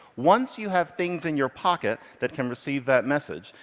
once you have things in your pocket that can receive that message,